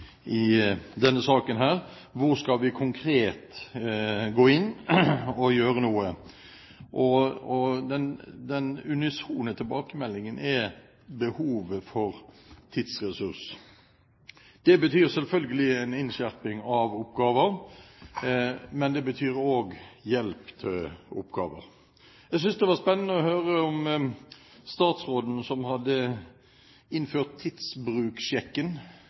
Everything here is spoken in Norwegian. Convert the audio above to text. i denne saken? Hvor skal vi konkret gå inn og gjøre noe? Den unisone tilbakemeldingen er behovet for tidsressurser. Det betyr selvfølgelig en innskjerping av oppgaver, men det betyr også hjelp til oppgaver. Jeg synes det var spennende å høre om statsråden som hadde innført tidsbruksjekken